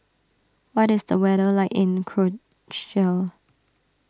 what is the weather like in